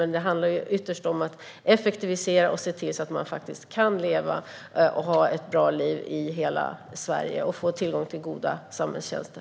Ytterst handlar det om att effektivisera och se till att man kan ha ett bra liv i hela Sverige och få tillgång till goda samhällstjänster.